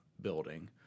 building